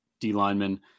D-lineman